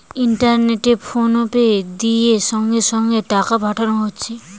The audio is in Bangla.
ইন্টারনেটে ফোনপে দিয়ে সঙ্গে সঙ্গে টাকা পাঠানো হতিছে